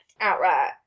Outright